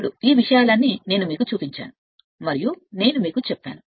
ఇప్పుడుకాబట్టి ఈ విషయాలన్నీ నేను మీకు చూపించాను మరియు నేను మీకు చెప్పాను